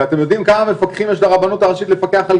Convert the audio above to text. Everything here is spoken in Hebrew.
ואתם יודעים כמה מפקחים יש לרבנות הראשית לפקח על